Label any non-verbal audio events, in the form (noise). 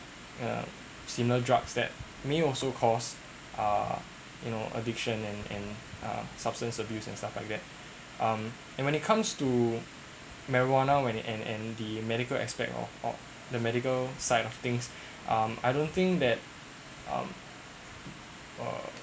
a similar drugs that may also cause uh you know addiction and and substance abuse and stuff like that um and when it comes to marijuana when it and and the medical aspects of of the medical side of things (breath) um I don't think that um uh